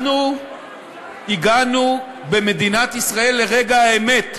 אנחנו הגענו במדינת ישראל לרגע האמת.